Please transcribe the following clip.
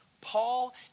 Paul